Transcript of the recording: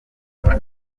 amatwi